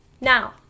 Now